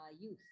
Youth